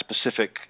specific